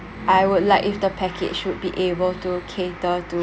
I would like if the package would be able to cater to